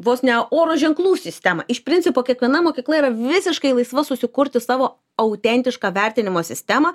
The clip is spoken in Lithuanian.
vos ne oro ženklų sistemą iš principo kiekviena mokykla yra visiškai laisva susikurti savo autentišką vertinimo sistemą